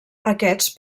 aquests